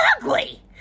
ugly